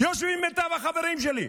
יושבים מיטב החברים שלי,